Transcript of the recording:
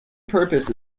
purpose